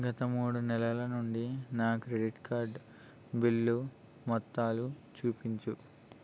గత మూడు నెలల నుండి నా క్రెడిట్ కార్డు బిల్లు మొత్తాలు చూపించు